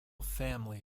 family